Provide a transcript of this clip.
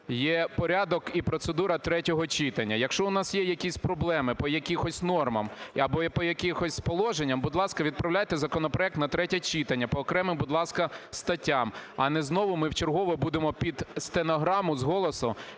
є порядок і процедура третього читання. Якщо у нас є якісь проблеми по якихось нормах або по якихось положеннях, будь ласка, відправляйте законопроект на третє читання по окремим, будь ласка, статтям. А не знову ми вчергове будемо під стенограму з голосу